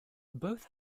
both